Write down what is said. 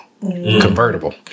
convertible